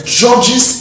judges